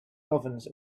governs